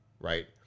right